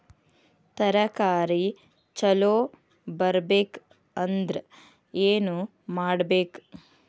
ತರಕಾರಿ ಛಲೋ ಬರ್ಬೆಕ್ ಅಂದ್ರ್ ಏನು ಮಾಡ್ಬೇಕ್?